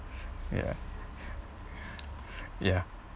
ya ya